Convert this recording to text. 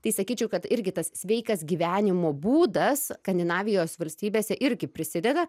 tai sakyčiau kad irgi tas sveikas gyvenimo būdas skandinavijos valstybėse irgi prisideda